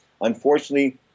unfortunately